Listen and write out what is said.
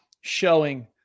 showing